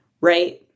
right